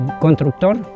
constructor